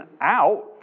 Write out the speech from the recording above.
out